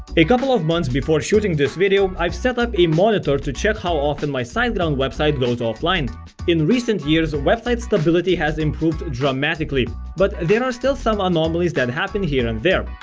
a couple of months before shooting this video i've set up a monitor to check how often my siteground website goes offline in recent years website stability has improved dramatically but there are still some anomalies that happen here and there.